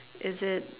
is it